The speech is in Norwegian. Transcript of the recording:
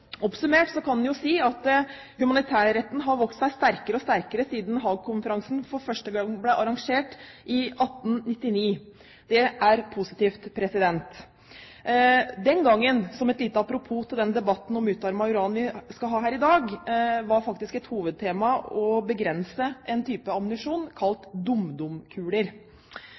Oppsummert kan en si at humanitærretten har vokst seg sterkere og sterkere siden Haag-konferansen første gang ble arrangert i 1899. Det er positivt. Den gangen – som et lite apropos til den debatten om utarmet uran som vi skal ha her i dag – var det faktisk et hovedtema å begrense en type ammunisjon kalt dumdumkuler.